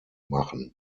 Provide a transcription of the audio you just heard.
machen